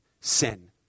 sin